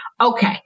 Okay